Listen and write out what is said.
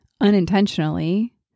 unintentionally